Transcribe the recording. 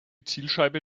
zielscheibe